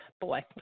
Boy